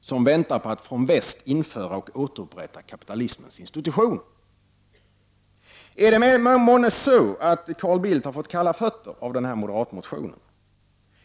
som väntar på att från väst införa och återupprätta kapitalismens institutioner! Är det månne så att Carl Bildt har fått kalla fötter av den här moderatmotionen?